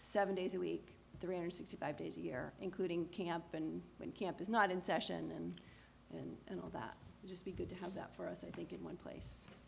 seven days a week three hundred sixty five days a year including camp and when camp is not in session and and and all that just be good to have that for us i think in one place